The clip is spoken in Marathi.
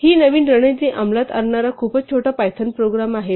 ही नवीन रणनीती अंमलात आणणारा खूपच छोटा पायथन प्रोग्राम आहे